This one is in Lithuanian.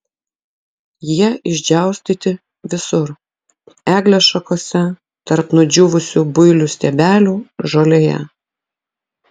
jie išdžiaustyti visur eglės šakose tarp nudžiūvusių builių stiebelių žolėje